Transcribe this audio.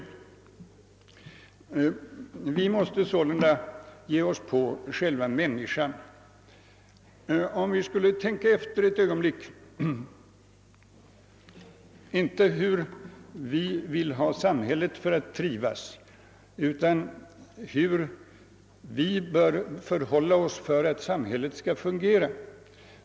Vi måste med andra ord ge oss på själva människan. Låt oss alltså fundera över, inte hur vi vill ha samhället för att kunna trivas utan hur vi bör förhålla oss för att samhället skall fungera.